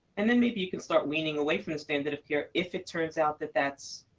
and then maybe you can start weaning away from the standard of care if it turns out that that's